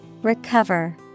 Recover